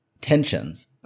tensions